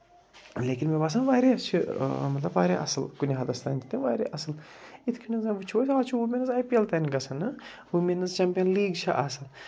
لیکِن مےٚ باسان واریاہ چھِ مطلب واریاہ اَصٕل کُنہِ حدس تام تہِ تِم واریاہ اَصٕل یِتھ کٔنۍ ہسا وٕچھو أسۍ آز چھُ ووٗمٮ۪نٕز آی پی اٮ۪ل تانۍ گَژھان نہٕ ووٗمٮ۪نٕز چٮ۪مپِیَن لیٖگ چھِ آسان